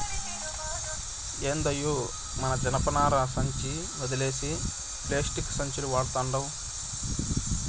ఏందయ్యో మన జనపనార సంచి ఒదిలేసి పేస్టిక్కు సంచులు వడతండావ్